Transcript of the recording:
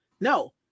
No